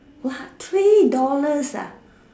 what three dollars